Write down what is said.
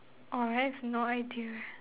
oh I have no idea